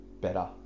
better